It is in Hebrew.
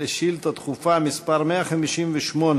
שאילתה דחופה מס' 158